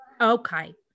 Okay